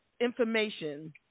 information